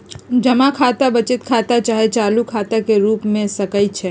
जमा खता बचत खता चाहे चालू खता के रूप में हो सकइ छै